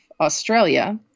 Australia